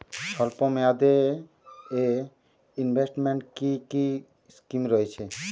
স্বল্পমেয়াদে এ ইনভেস্টমেন্ট কি কী স্কীম রয়েছে?